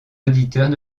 auditeurs